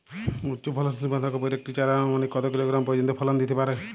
উচ্চ ফলনশীল বাঁধাকপির একটি চারা আনুমানিক কত কিলোগ্রাম পর্যন্ত ফলন দিতে পারে?